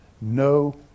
no